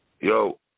Yo